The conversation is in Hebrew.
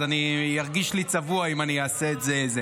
אז ירגיש לי צבוע אם אני אעשה את זה.